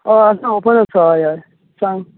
हय आसा ओपन आसा हय हय सांग